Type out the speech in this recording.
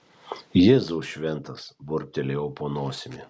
jėzau šventas burbtelėjau po nosimi